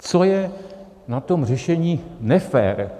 Co je na tom řešení nefér?